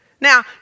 now